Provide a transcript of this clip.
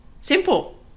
Simple